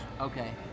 Okay